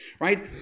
right